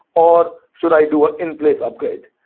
or should i do ah in-place upgrade?